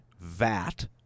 vat